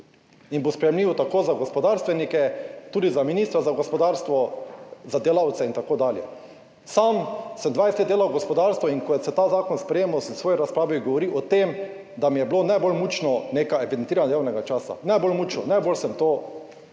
in bo sprejemljiv tako za gospodarstvenike tudi za ministra za gospodarstvo, za delavce in takodalje. Sam sem 20 let delal v gospodarstvu in ko se je ta zakon sprejemal sem v svoji razpravi govoril o tem, da mi je bilo najbolj mučno neka evidentiranje delovnega časa, najbolj mučno, najbolj sem to